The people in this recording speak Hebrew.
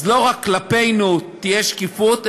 אז לא רק כלפינו תהיה שקיפות,